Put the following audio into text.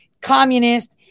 communist